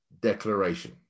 declaration